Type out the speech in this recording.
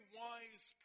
wise